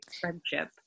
friendship